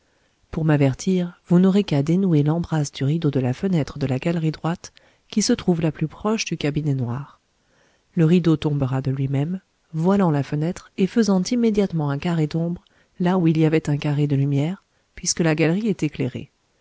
pour m'avertir vous n'aurez qu'à dénouer l'embrasse du rideau de la fenêtre de la galerie droite qui se trouve la plus proche du cabinet noir le rideau tombera de lui-même voilant la fenêtre et faisant immédiatement un carré d'ombre là où il y avait un carré de lumière puisque la galerie est éclairée